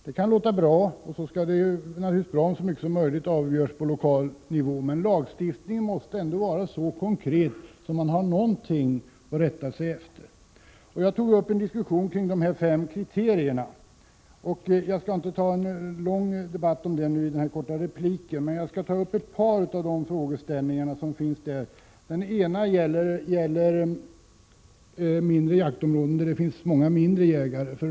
Det är självfallet bra att så mycket som möjligt avgörs på lokal nivå. Men lagstiftningen måste trots allt vara så konkret att man har någonting att rätta sig efter. Jag tog upp en diskussion om de fem kriterierna i detta sammanhang. Jag skall inte föra någon lång debatt om detta i denna korta replik, men vill ändå beröra ett par av dessa frågeställningar. Den ena gäller mindre jaktområden med många jägare.